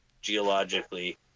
geologically